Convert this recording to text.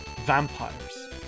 vampires